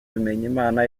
bimenyimana